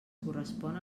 correspon